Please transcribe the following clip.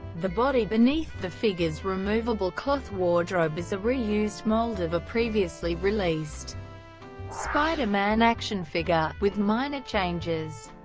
the body beneath the figure's removable cloth wardrobe is a re-used mold of a previously released spider-man action figure, with minor changes.